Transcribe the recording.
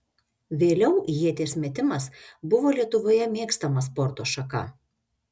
vėliau ieties metimas buvo lietuvoje mėgstama sporto šaka